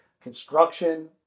construction